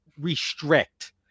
restrict